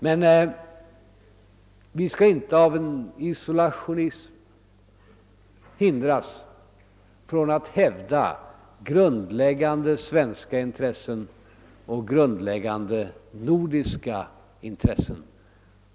Men vi skall inte låta någon isolationism hindra oss från att hävda grundläggande svenska intressen och grundläggande nordiska intressen.